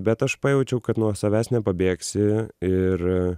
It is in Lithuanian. bet aš pajaučiau kad nuo savęs nepabėgsi ir